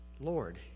Lord